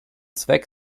zweck